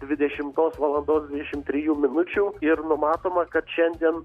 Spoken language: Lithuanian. dvidešimtos valandos dvidešimt trijų minučių ir numatoma kad šiandien